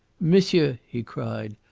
monsieur! he cried,